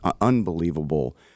unbelievable